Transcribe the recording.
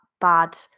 bad